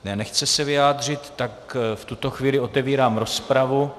Ne, nechce se vyjádřit, tak v tuto chvíli otevírám rozpravu.